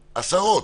עשרות.